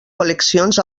col·leccions